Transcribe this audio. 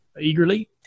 eagerly